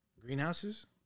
greenhouses